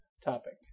topic